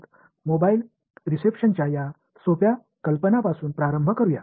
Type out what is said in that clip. எனவே அறையில் mobile reception குறித்த இந்த எளிய யோசனையுடன் ஆரம்பிக்கலாம்